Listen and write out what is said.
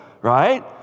right